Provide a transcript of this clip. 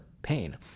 Pain